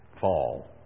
fall